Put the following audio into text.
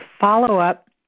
follow-up